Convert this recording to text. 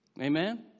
Amen